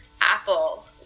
Apple